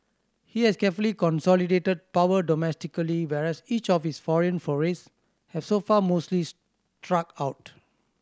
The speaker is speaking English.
he has carefully consolidated power domestically whereas each of his foreign forays have so far mostly struck out